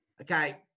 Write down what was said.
Okay